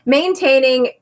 maintaining